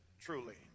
truly